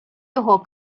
його